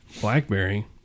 Blackberry